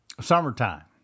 summertime